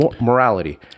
morality